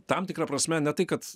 tam tikra prasme ne tai kad